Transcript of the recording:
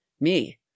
Me